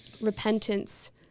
repentance